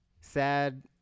sad